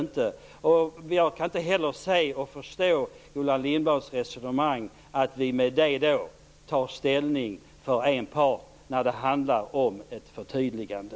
Jag kan inte heller förstå Gullan Lindblads resonemang om att vi tar ställning för en part när det handlar om ett förtydligande.